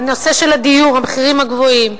הנושא של הדיור והמחירים הגבוהים,